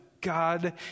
God